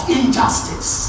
injustice